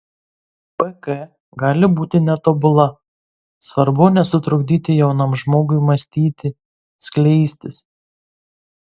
pk gali būti netobula svarbu nesutrukdyti jaunam žmogui mąstyti skleistis